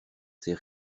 ces